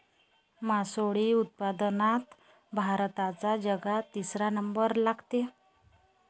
मासोळी उत्पादनात भारताचा जगात तिसरा नंबर लागते